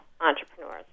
entrepreneurs